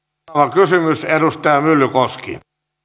kysymys edustaja myllykoski